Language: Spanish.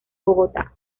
bogotá